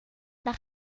nach